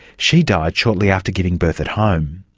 she died shortly after giving birth at home.